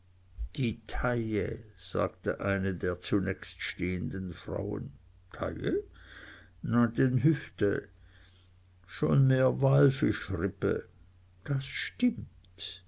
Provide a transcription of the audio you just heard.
die taille sagte eine der zunächststehenden frauen taille na denn hüfte schon mehr walfischrippe das stimmt